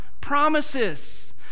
promises